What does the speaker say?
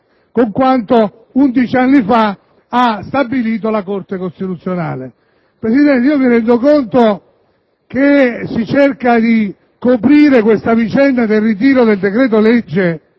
con quanto 11 anni fa ha stabilito la Corte costituzionale. Mi rendo conto che si cerca di coprire la vicenda del ritiro del decreto-legge